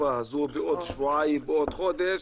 בתקופה הזו, בעוד שבועיים, בעוד חודש.